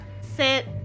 sit